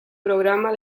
programa